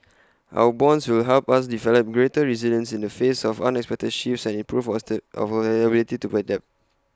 our bonds will help us develop greater resilience in the face of unexpected shifts and improve our our ability to adapt